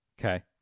Okay